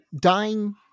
dying